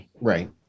right